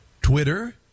Twitter